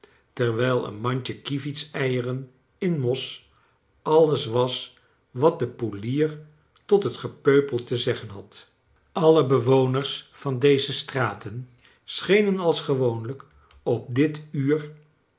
terwijl een mandje kievitseieren in mos alles was wat de poelier tot het gepeupel te zeggen had alle bew oners van deze straten schenen als gewoonlijk op dit uur